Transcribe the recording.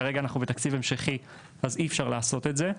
כרגע אנחנו בתקציב המשכי, אז אי אפשר לעשות את זה.